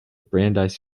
brandeis